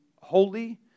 Holy